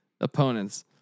opponents